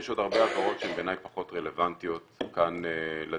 יש עוד הרבה הבהרות שבעיניי הן פחות רלוונטיות כאן לדיון,